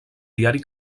diari